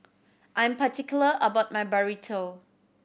I'm particular about my Burrito